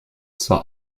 zur